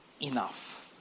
enough